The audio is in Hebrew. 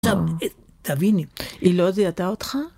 טוב, תביני, אילוזה ידע אותך?